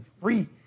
free